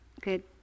good